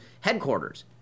headquarters